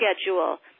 schedule